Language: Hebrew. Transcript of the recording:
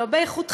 לא באיכות חיים,